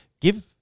give